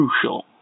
crucial